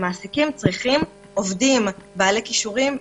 המעסיקים צריכים עובדים בעלי כישורים,